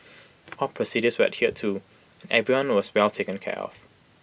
all procedures were adhered to everyone was taken care of